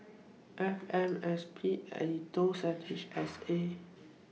F M S P Aetos and H S A